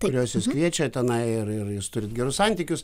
kurios jus kviečia tenai ir ir jūs turit gerus santykius